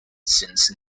since